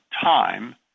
time